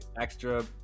extra